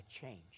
change